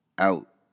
out